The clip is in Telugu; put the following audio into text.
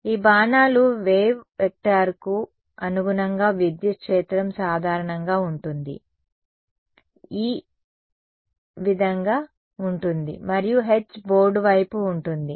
ఈ బాణాలు వేవ్ వెక్టార్కు అనుగుణంగా విద్యుత్ క్షేత్రం సాధారణంగా ఉంటుంది E ఈ విధంగా ఉంటుంది మరియు H బోర్డు వైపు ఉంటుంది